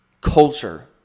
culture